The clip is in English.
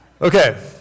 Okay